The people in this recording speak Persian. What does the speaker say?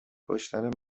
کشتن